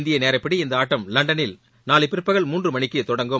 இந்திய நேரப்படி இந்த ஆட்டம் லண்டனில் நாளை பிற்பகல் மூன்று மணிக்கு தொடங்கும்